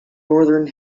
northern